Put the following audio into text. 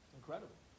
incredible